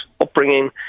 upbringing